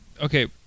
Okay